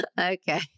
okay